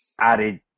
added